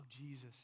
Jesus